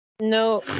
No